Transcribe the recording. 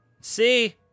See